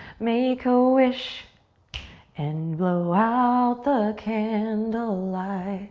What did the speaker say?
make a wish and blow out the candlelight